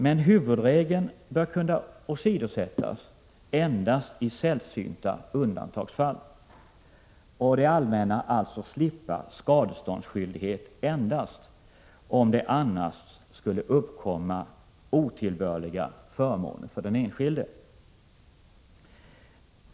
Men huvudregeln bör kunna åsidosättas endast i sällsynta undantagsfall och det allmänna alltså slippa skadeståndsskyldighet endast om det annars skulle uppkomma otillbörliga förmåner för den enskilde.